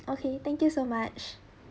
okay thank you so much